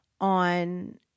on